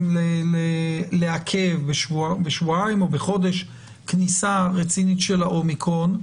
לעכב בשבועיים או בחודש כניסה רצינית של ה-אומיקרון,